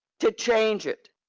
to change it.